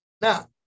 Now